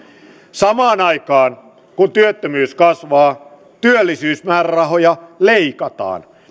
samaan aikaan kun työttömyys kasvaa työllisyysmäärärahoja leikataan